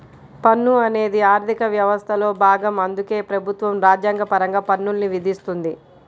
పన్ను అనేది ఆర్థిక వ్యవస్థలో భాగం అందుకే ప్రభుత్వం రాజ్యాంగపరంగా పన్నుల్ని విధిస్తుంది